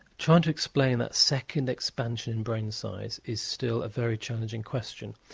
trying to explain that second expansion in brain size is still a very challenging question.